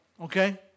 okay